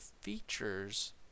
features